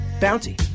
Bounty